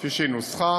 כפי שהיא נוסחה.